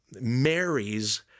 marries